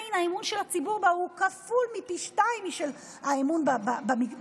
עדיין האמון של הציבור בה הוא כפול מפי שניים מהאמון בפוליטיקאים,